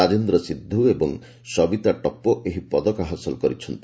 ରାଜେନ୍ଦ୍ର ସିତ୍ଧ ଏବଂ ସବିତା ଟପୋ ଏହି ପଦକ ହାସଲ କରିଛନ୍ତି